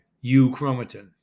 U-chromatin